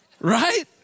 right